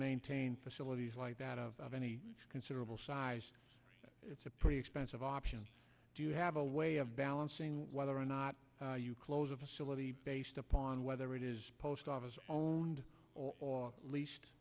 maintain facilities like that of any considerable size it's a pretty expensive option do you have a way of balancing whether or not you close a facility based upon whether it is post office owned or at least